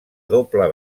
doble